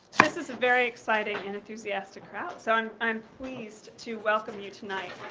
this is a very exciting and enthusiastic crowd. so i'm i'm pleased to welcome you tonight.